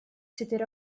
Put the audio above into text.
tudur